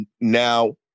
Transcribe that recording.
now